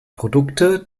produkte